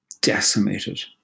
decimated